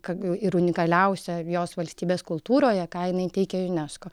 kad ir unikaliausia jos valstybės kultūroje ką jinai teikia junesko